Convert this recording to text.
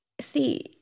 see